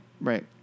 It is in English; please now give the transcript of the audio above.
Right